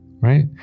Right